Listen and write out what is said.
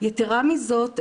יתרה מזאת,